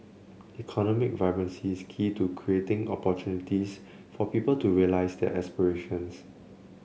economic vibrancy is key to creating opportunities for people to realise their aspirations